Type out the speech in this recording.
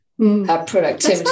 productivity